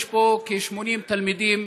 יש פה כ-80 תלמידים